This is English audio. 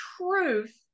truth